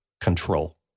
control